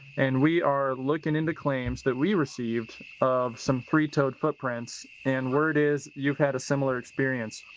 and we are looking into claims that we received of some three-toed footprints, and word is you've had a similar experience.